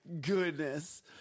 Goodness